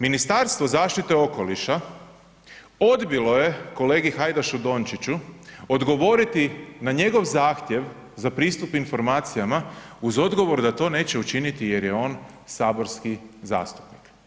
Ministarstvo zaštite okoliša odbilo je kolegi Hajdašu Dončiću odgovoriti na njegov zahtjev za pristup informacijama uz odgovor da to neće učiniti jer je on saborski zastupnik.